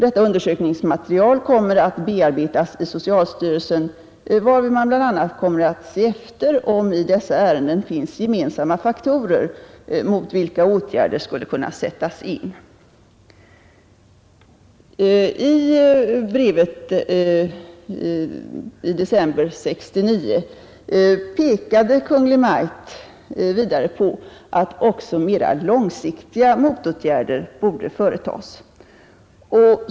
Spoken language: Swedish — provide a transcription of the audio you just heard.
Detta undersökningsmaterial kommer att bearbetas i socialstyrelsen, varvid man bl.a. kommer att se efter om i dessa ärenden finns gemensamma faktorer, mot vilka åtgärder skulle kunna sättas in. I brevet i december 1969 pekade Kungl. Maj:t vidare på att också mera långsiktiga motåtgärder borde företas.